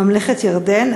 ממלכת ירדן,